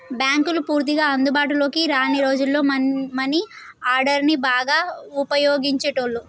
బ్యేంకులు పూర్తిగా అందుబాటులోకి రాని రోజుల్లో మనీ ఆర్డర్ని బాగా వుపయోగించేటోళ్ళు